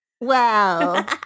Wow